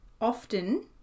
often